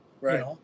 Right